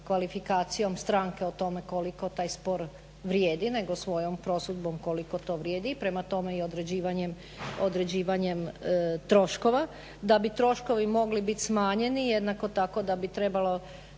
kvalifikacijom stranke o tome koliko taj spor vrijedi nego svojom prosudbom koliko to vrijedi, prema tome i određivanjem troškova. Da bi troškovi mogli biti smanjeni jednako tako da bi trebao